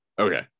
Okay